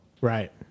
Right